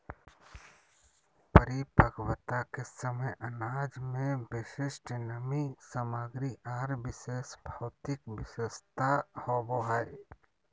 परिपक्वता के समय अनाज में विशिष्ट नमी सामग्री आर विशेष भौतिक विशेषता होबो हइ